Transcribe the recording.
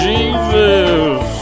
Jesus